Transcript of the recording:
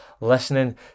listening